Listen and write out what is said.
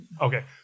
Okay